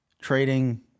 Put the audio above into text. trading